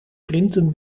printen